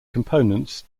components